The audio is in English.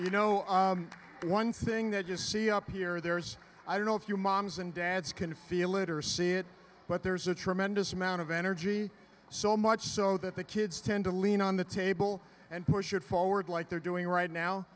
you know one thing that you see up here there's i don't know if you moms and dads can feel it or see it but there's a tremendous amount of energy so much so that the kids tend to lean on the table and push it forward like they're doing right now